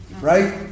right